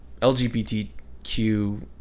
LGBTQ